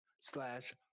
slash